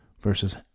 versus